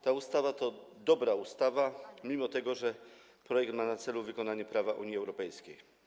Ta ustawa to dobra ustawa, mimo że projekt ma na celu wykonanie prawa Unii Europejskiej.